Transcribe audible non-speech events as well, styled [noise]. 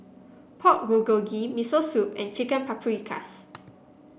[noise] Pork Bulgogi Miso Soup and Chicken Paprikas